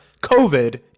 COVID